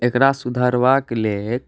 एकरा सुधारबाके लेल